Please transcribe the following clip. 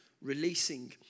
releasing